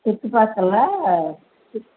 చుట్టుపక్కల